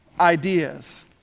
ideas